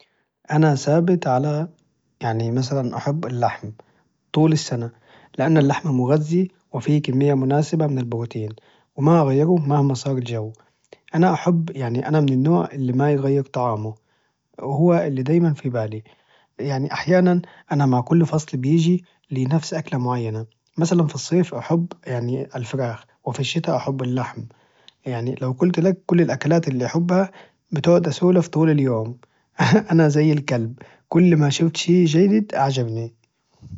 أنا ثابت على يعني مثلا أحب اللحم طول السنة لأن اللحم مغذي وفيه كمية مناسبة من البروتين ما اغيره مهما صار الجو أنا أحب يعني أنا من النوع اللي ما يغير طعامه وهو اللي دايما في بالي يعني أحيانا أنا مع كل فصل بيجي لي نفس أكلة معينة مثلا في الصيف أحب الفراخ وفي الشتا أحب اللحم يعني لو قلت لك كل الأكلات اللي أحبها بتقعد أسولف طول اليوم.... أنا زي الكلب كل ما شفت شي جديد أعجبني